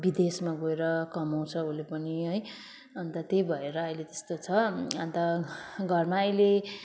विदेशमा गोएर कमाउँछ उसले पनि है अन्त त्यही भएर अहिले त्यस्तो छ अन्त घरमा अहिले